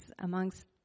amongst